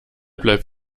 bleibt